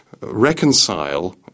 reconcile